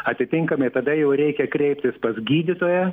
atitinkamai tada jau reikia kreiptis pas gydytoją